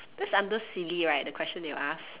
that's under silly right the question that you ask